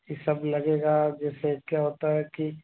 ई सब लगेगा जैसे क्या होता है कि